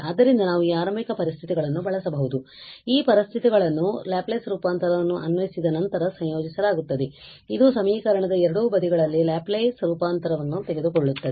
ಆದ್ದರಿಂದ ನಾವು ಈ ಆರಂಭಿಕ ಪರಿಸ್ಥಿತಿಗಳನ್ನು ಬಳಸಬಹುದು ಆದ್ದರಿಂದ ಈ ಪರಿಸ್ಥಿತಿಗಳನ್ನು ಲ್ಯಾಪ್ಲೇಸ್ ರೂಪಾಂತರವನ್ನು ಅನ್ವಯಿಸಿದ ನಂತರ ಸಂಯೋಜಿಸಲಾಗುತ್ತದೆ ಇದು ಸಮೀಕರಣದ ಎರಡೂ ಬದಿಗಳಲ್ಲಿ ಲ್ಯಾಪ್ಲೇಸ್ ರೂಪಾಂತರವನ್ನು ತೆಗೆದುಕೊಳ್ಳುತ್ತದೆ